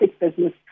business